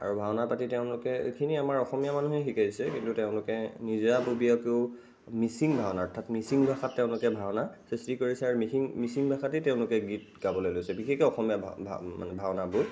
আৰু ভাওনা পাতি তেওঁলোকে এইখিনি আমাৰ অসমীয়া মানুহেই শিকাইছে কিন্তু তেওঁলোকে নিজাববীয়াকৈও মিচিং ভাওনা অৰ্থাৎ মিচিং ভাষাত তেওঁলোকে ভাওনা সৃষ্টি কৰিছে আৰু মিচিং মিচিং ভাষাতেই তেওঁলোকে গীত গাবলৈ লৈছে বিশেষক অসমীয়া ভা ভা মানে ভাওনাবোৰ